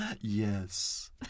Yes